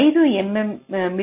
5 మి